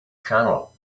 channel